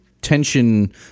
tension